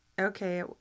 okay